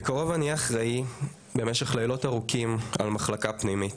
בקרוב אני אהיה אחראי במשך לילות ארוכים על מחלקה פנימית.